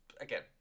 again